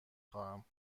خواهم